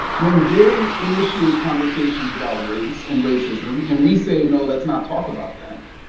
when they initiate conversations about race and racism, and we say, no, let's not talk about that,